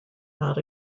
not